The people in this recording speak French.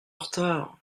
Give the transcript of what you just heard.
retard